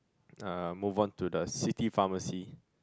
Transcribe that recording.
uh move on to the city pharmacy